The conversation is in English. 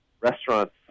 restaurants